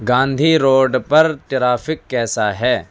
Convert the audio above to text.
Gandhi road پر traffic کیسا ہے